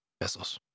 vessels